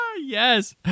Yes